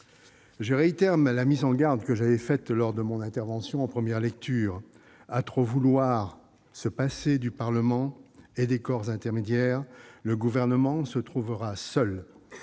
Je réitère la mise en garde que j'avais faite lors de mon intervention en première lecture : à trop vouloir se passer du Parlement et des corps intermédiaires, le Gouvernement finira par se